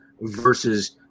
versus –